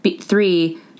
three